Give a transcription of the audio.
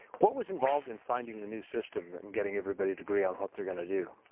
what was involved in finding the new system and getting everybody to agree on what they were going to do?